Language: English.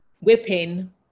whipping